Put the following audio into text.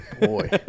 boy